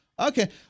Okay